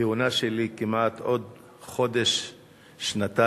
בכהונה שלי, שכמעט עוד חודש היא שנתיים,